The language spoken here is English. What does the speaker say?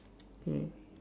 okay